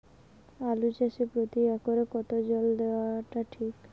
আলু চাষে প্রতি একরে কতো জল দেওয়া টা ঠিক?